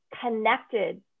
connected